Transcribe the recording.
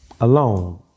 alone